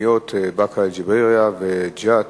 המקומיות באקה-אל-ע'רביה וג'ת.